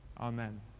Amen